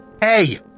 Hey